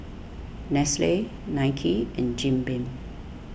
Nestle Nike and Jim Beam